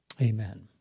amen